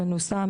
מנוסה,